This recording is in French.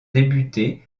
débuter